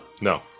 No